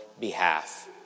behalf